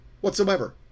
whatsoever